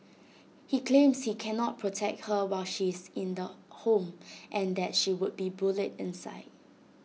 he claims he cannot protect her while she is in the home and that she would be bullied inside